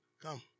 Come